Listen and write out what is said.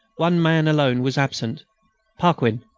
one man alone was absent paquin,